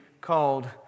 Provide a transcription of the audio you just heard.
called